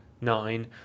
nine